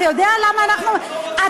זאת תגובה, מי שלא מסכים אתך לא בסדר?